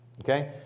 Okay